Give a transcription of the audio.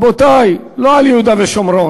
רבותי, לא על יהודה ושומרון,